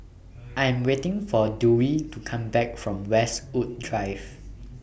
I Am waiting For Dewey to Come Back from Westwood Drive